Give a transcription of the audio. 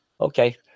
Okay